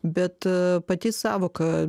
bet a pati sąvoka